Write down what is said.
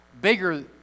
bigger